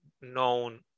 known